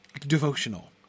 devotional